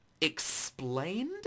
explained